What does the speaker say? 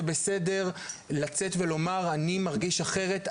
זה בסדר לצאת ולומר אני מרגיש אחרת,